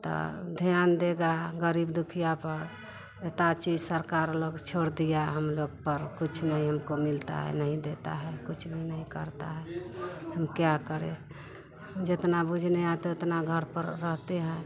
त ध्यान देगा गरीब दुखिया पर ता चीज सरकार लोग छोड़ दिया हम लोग पर कुछ नहीं हमको मिलता नहीं देता है कुछ भी नहीं करता है हम क्या करें जितना बूझने आते है उतना घर पर रहते हैं